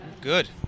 Good